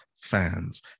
fans